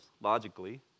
logically